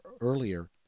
earlier